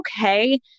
okay